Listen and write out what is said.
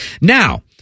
Now